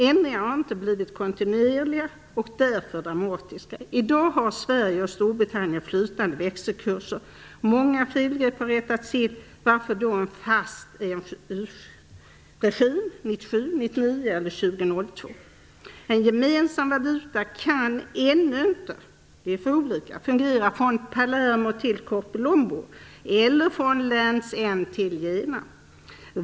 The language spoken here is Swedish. Ändringarna har inte blivit kontinuerliga, utan därför dramatiska. I dag har Sverige och Storbritannien flytande växelkurser. Många felgrepp har rättats till. Varför skall man då ha en fast EMU-regim 1997, 1999 eller 2002? En gemensam valuta kan ännu inte fungera från Palermo till Korpilombolo eller från Lands End till Jena. Vi är för olika.